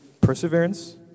perseverance